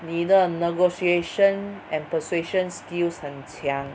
你的 negotiation and persuasion skills 很强